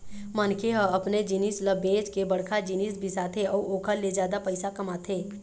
मनखे ह अपने जिनिस ल बेंच के बड़का जिनिस बिसाथे अउ ओखर ले जादा पइसा कमाथे